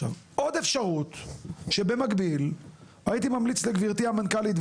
עוד אפשרות שבמקביל הייתי ממליץ לגברתי המנכ"לית,